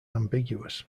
ambiguous